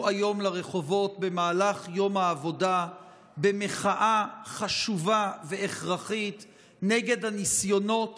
היום לרחובות במהלך יום העבודה במחאה חשובה והכרחית נגד הניסיונות